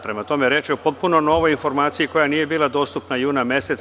Prema tome, reč je o potpuno novoj informaciji koja nije bila dostupna juna meseca.